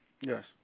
Yes